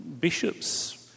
bishops